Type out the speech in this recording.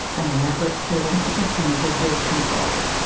an elaborate form of mechanical birth control.